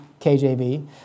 KJV